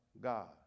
God